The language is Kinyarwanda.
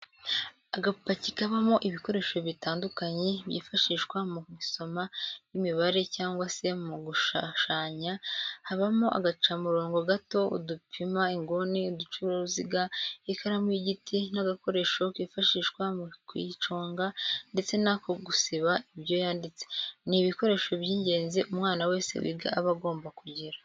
Agapaki kabamo ibikoresho bitandukanye byifashishwa mu isomo ry'imibare cyangwa se mu gushushanya habamo agacamurongo gato, udupima inguni, uducaruziga, ikaramu y'igiti n'agakoresho kifashishwa mu kuyiconga ndetse n'ako gusiba ibyo yanditse, ni ibikoresho by'ingenzi umwana wese wiga aba agomba kugira.